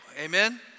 Amen